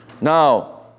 Now